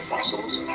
fossils